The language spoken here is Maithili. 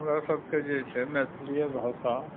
हमरा सबके जे छै मैथिलीये भाषा